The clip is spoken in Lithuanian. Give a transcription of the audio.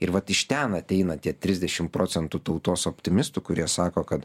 ir vat iš ten ateina tie trisdešim procentų tautos optimistų kurie sako kad